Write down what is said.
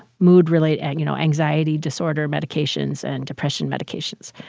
mood-related you know, anxiety disorder medications and depression medications.